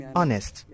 honest